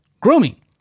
Grooming